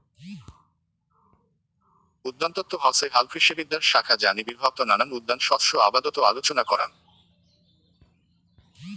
উদ্যানতত্ত্ব হসে হালকৃষিবিদ্যার শাখা যা নিবিড়ভাবত নানান উদ্যান শস্য আবাদত আলোচনা করাং